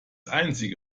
einzige